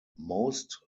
most